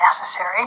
necessary